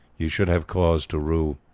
ye should have cause to rue.